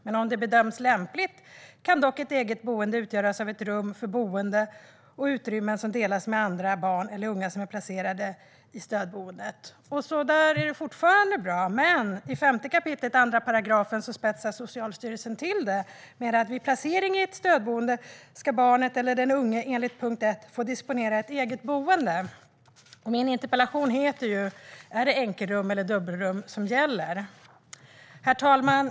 Men om det bedöms lämpligt kan ett eget boende utgöras av ett rum för boende och utrymmen som delas med andra barn eller unga som är placerade i stödboendet. Det är fortfarande bra. Men i 5 kap. 2 § spetsar Socialstyrelsen till det: Vid placering i ett stödboende ska barnet eller den unge enligt punkt 1 få disponera ett eget boende. Min interpellation handlar om huruvida det är enkelrum eller dubbelrum som gäller. Herr talman!